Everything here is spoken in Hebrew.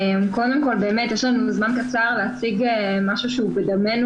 קודם כל באמת יש לו זמן קצר להציג משהו שהוא בדמנו